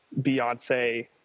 Beyonce